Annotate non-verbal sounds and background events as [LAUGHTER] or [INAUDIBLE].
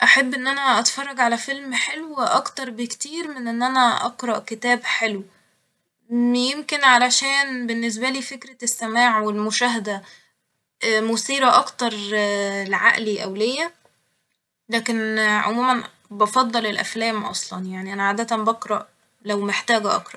احب ان انا اتفرج على فيلم حلو اكتر بكتير من ان انا اقرا كتاب حلو [HESITATION] يمكن علشان باللنسبالي فكرة السماع والمشاهدة مثيرة اكتر لعقلي او ليا لكن عموما [HESITATION] بفضل الافلام اصلا ، يعني انا عادة بقرأ لو محتاجة أقرأ